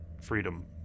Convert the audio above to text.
freedom